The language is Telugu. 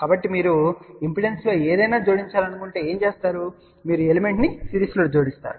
కాబట్టి మీరు ఇంపిడెన్స్లో ఏదైనా జోడించాలనుకుంటే మీరు ఏమి చేస్తారు మీరు ఎలిమెంట్ ను సిరీస్లో జోడిస్తారు